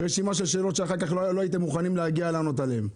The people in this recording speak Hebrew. רשימה של שאלות שאחר כך לא הייתם מוכנים להגיע לענות עליהם.